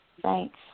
Thanks